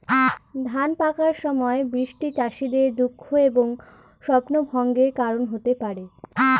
ধান পাকার সময় বৃষ্টি চাষীদের দুঃখ এবং স্বপ্নভঙ্গের কারণ হতে পারে